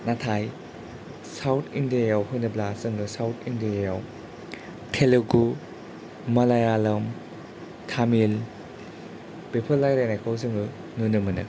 नाथाय south India आव होनोब्ला जोङो साउथ इण्डिया आव टेलेगु मालायालम टामिल बेफोर रायज्लायनायखौ जोङो नुनो मोन